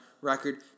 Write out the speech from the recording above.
record